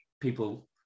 people